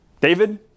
David